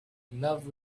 love